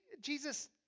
Jesus